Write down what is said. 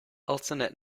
alternate